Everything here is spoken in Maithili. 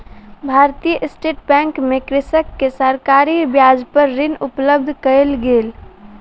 भारतीय स्टेट बैंक मे कृषक के सरकारी ब्याज पर ऋण उपलब्ध कयल गेल